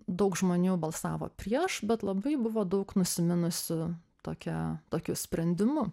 daug žmonių balsavo prieš bet labai buvo daug nusiminusių tokią tokiu sprendimu